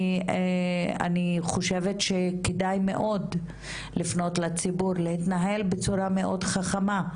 אני חושבת שכדאי מאוד לפנות לציבור להתנהל בצורה מאוד חכמה,